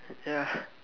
ya